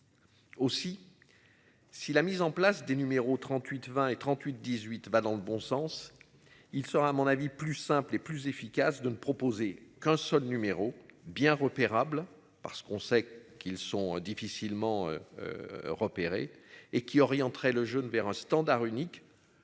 Aussi. Si la mise en place des numéros 38, 20 et 38 18 va dans le bon sens. Il sera à mon avis plus simple et plus efficace de ne proposer qu'un seul numéro bien repérable parce qu'on sait qu'ils sont difficilement. Repéré et qui orienterait le jeune vers un standard unique.